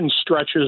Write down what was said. stretches